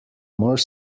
more